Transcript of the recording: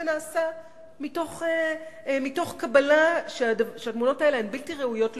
זה נעשה מתוך קבלה שהתמונות האלה הן בלתי ראויות לשידור,